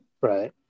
Right